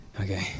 okay